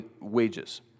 wages